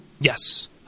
Yes